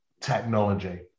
technology